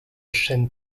chênes